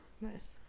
Nice